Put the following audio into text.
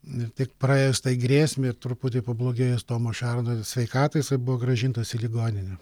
ir tik praėjus grėsmei ir truputį pablogėjus tomo šerno sveikatai jisai buvo grąžintas į ligoninę